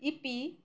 E P